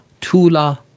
Tula